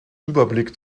überblick